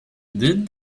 did